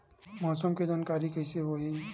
मौसम के जानकारी कइसे होही?